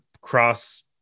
cross